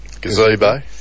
gazebo